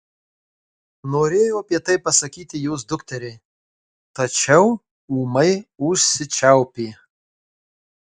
norėjo apie tai pasakyti jos dukteriai tačiau ūmai užsičiaupė